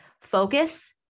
focus